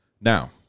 Now